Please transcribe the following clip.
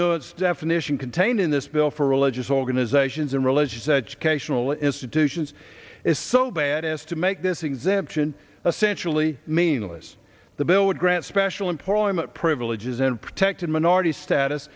notes definition contained in this bill for religious organizations and religious educational institutions is so bad as to make this exemption essentially meaningless the bill would grant special employment privileges and protected minority status